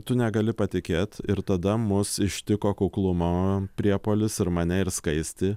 tu negali patikėt ir tada mus ištiko kuklumo priepuolis ir mane ir skaistį